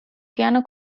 piano